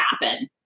happen